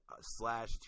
slash